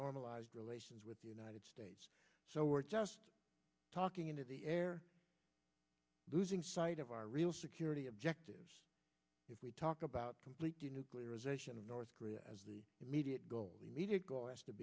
normalized relations with the united states so we're just talking into the air losing sight of our real security objectives if we talk about complete do nuclearization of north korea as the immediate goal immediate goal has to